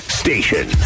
station